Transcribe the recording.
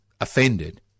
offended